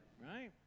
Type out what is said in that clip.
right